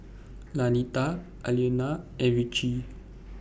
Lanita Alaina and Ritchie